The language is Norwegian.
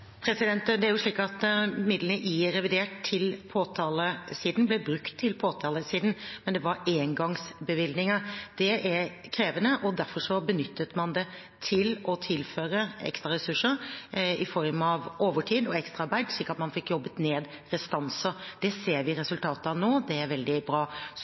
Det er jo slik at midlene i revidert til påtalesiden ble brukt til påtalesiden, men det var engangsbevilgninger. Det er krevende, og derfor benyttet man det til å tilføre ekstraressurser i form av overtid og ekstraarbeid slik at man fikk jobbet ned restanser. Det ser vi resultatet av nå, det er veldig bra. Så